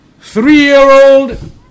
three-year-old